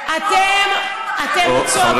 את לא צודקת.